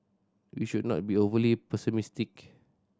we should not be overly pessimistic